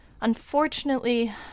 Unfortunately